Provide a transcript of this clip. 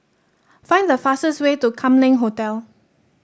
find the fastest way to Kam Leng Hotel